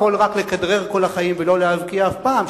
רק לכדרר כל החיים ולא להבקיע אף פעם,